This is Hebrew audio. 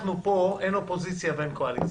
פה אין אופוזיציה ואין קואליציה.